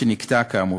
שנקטע כאמור.